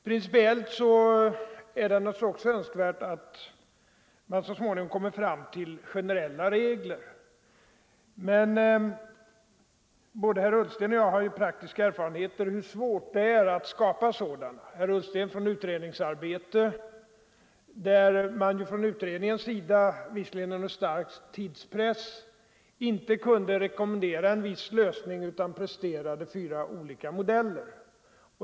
Principiellt är det naturligtvis önskvärt att man så småningom kommer fram till generella regler på detta område. Men både herr Ullsten och jag har praktiska erfarenheter av hur svårt det är att skapa sådana. Herr Ullsten deltog i den utredning som -— visserligen under stark tidspress —- inte kunde rekommendera en enhetlig lösning utan i stället presterade fyra olika modeller.